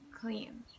clean